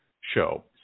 show